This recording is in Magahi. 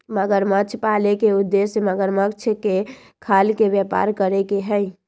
मगरमच्छ पाले के उद्देश्य मगरमच्छ के खाल के व्यापार करे के हई